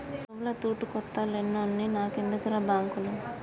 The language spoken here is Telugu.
జేబుల తూటుకొత్త లేనోన్ని నాకెందుకుర్రా బాంకులు